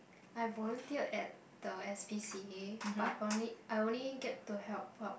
I volunteered at the s_p_c_a but only I only get to help out